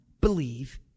believe